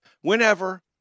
whenever